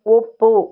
ಒಪ್ಪು